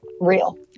Real